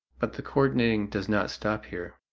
but the coordinating does not stop here.